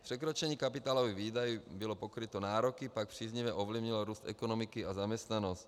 Překročení kapitálových výdajů bylo pokryto, nároky pak příznivě ovlivnilo růst ekonomiky a zaměstnanost.(?)